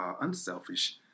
unselfish